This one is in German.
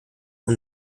und